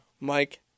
Mike